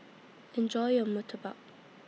Enjoy your Murtabak